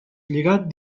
lligat